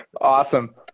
Awesome